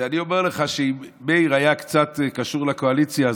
ואני אומר לך שאם מאיר היה קצת קשור לקואליציה הזו,